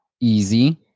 Easy